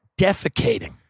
defecating